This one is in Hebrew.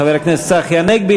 חבר הכנסת צחי הנגבי,